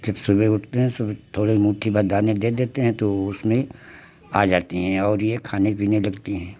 जब सुबह उठते हैं सुबह थोड़े मुट्ठी भर दाने दे देते हैं तो उसमें आ जाती हैं और यह खाने पीने लगती हैं